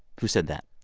who said that?